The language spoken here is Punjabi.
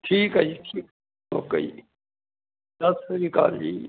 ਠੀਕ ਹੈ ਜੀ ਠੀਕ ਹੈ ਓਕੇ ਜੀ ਸਤਿ ਸ਼੍ਰੀ ਅਕਾਲ ਜੀ